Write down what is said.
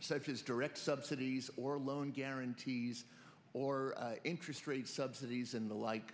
such as direct subsidies or loan guarantees or interest rates subsidies and the like